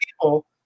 people